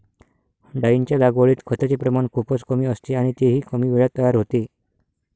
डाळींच्या लागवडीत खताचे प्रमाण खूपच कमी असते आणि तेही कमी वेळात तयार होते